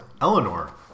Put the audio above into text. Eleanor